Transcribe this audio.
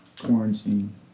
Quarantine